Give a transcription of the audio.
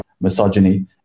misogyny